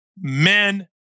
men